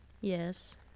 Yes